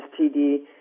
STD